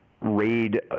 raid